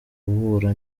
guhura